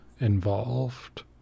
involved